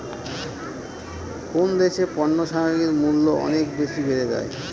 কোন দেশে পণ্য সামগ্রীর মূল্য অনেক বেশি বেড়ে যায়?